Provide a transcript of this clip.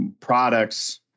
products